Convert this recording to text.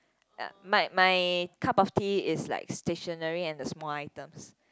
my my cup of tea is like stationery and the small items